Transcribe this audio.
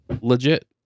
legit